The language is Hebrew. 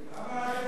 למה רק שלוש?